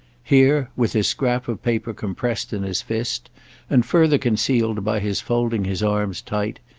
here, with his scrap of paper compressed in his fist and further concealed by his folding his arms tight,